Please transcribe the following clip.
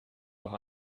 auch